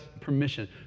permission